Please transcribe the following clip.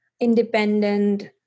independent